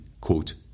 quote